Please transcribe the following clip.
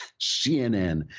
CNN